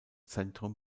zentrum